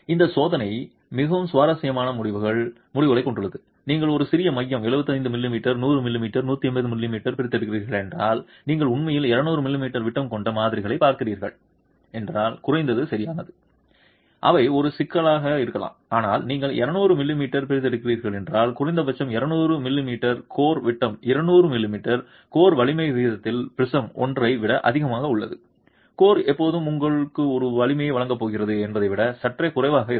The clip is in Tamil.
இந்த சோதனையின் மிகவும் சுவாரஸ்யமான முடிவுகள் நீங்கள் ஒரு சிறிய மைய 75 மிமீ 100 மிமீ 150 மிமீ பிரித்தெடுக்கிறீர்கள் என்றால் நீங்கள் உண்மையில் 200 மிமீ விட்டம் கொண்ட மாதிரிகளைப் பார்க்கிறீர்கள் என்றால் குறைந்தது சரியானது அவை ஒரு சிக்கலாக இருக்கலாம் ஆனால் நீங்கள் 200 மிமீ பிரித்தெடுக்கிறீர்கள் என்றால் குறைந்தபட்சம் 200 மிமீ கோர் விட்டம் இருநூறு மிமீ கோர் வலிமை விகிதத்திற்கான ப்ரிஸம் 1 ஐ விட அதிகமாக உள்ளது கோர் எப்போதும் உங்களுக்கு ஒரு வலிமையை வழங்கப் போகிறது என்பதை விட சற்றே குறைவாக இருக்கும்